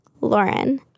Lauren